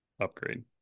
Upgrade